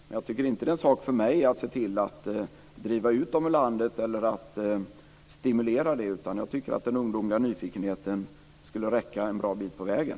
Men jag tycker inte att det är en sak för mig att se till att driva ut dem ur landet eller att stimulera det. Jag tycker att den ungdomliga nyfikenheten skulle räcka en bra bit på vägen.